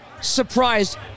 surprised